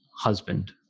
husband